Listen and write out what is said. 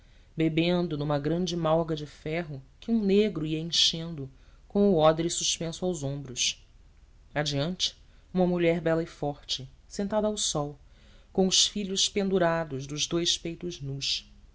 bebendo numa grande malga de ferro que um negro ia enchendo com o odre suspenso aos ombros adiante uma mulher bela e forte sentada ao sol com os filhos pendurados dos dous peitos nus